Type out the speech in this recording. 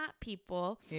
people